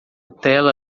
tela